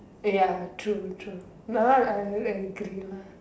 ya true true that one I will agree lah